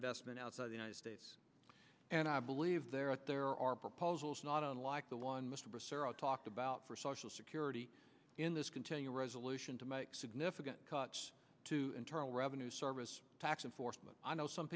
investment outside the united states and i believe there are at there are proposals not unlike the one mr brasero talked about for social security in this continuing resolution to make significant cuts to internal revenue service tax and for i know some